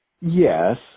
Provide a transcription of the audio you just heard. Yes